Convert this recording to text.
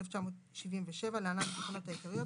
התשל"ז-1977 (להלן - התקנות העיקריות),